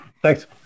Thanks